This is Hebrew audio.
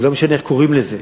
ולא משנה איך קוראים לזה,